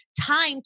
time